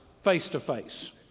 face-to-face